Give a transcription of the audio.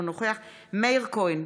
אינו נוכח מאיר כהן,